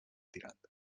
tirant